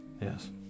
yes